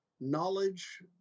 knowledge